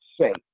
say